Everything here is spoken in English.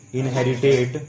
inherited